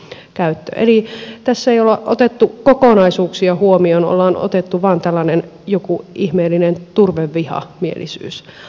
eli tässä ei ole otettu kokonaisuuksia huomioon on vain tällainen joku ihmeellinen turvevihamielisyys